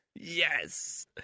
Yes